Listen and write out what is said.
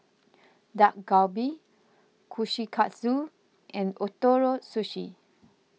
Dak Galbi Kushikatsu and Ootoro Sushi